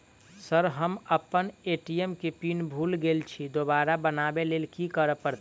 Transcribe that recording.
Sir हम अप्पन ATM केँ पिन भूल गेल छी दोबारा बनाबै लेल की करऽ परतै?